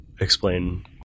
explain